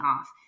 off